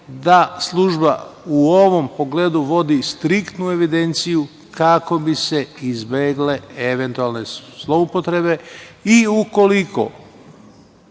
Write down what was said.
da služba u ovom pogledu vodi striktnu evidenciju, kako bi se izbegle eventualne zloupotrebe i ukoliko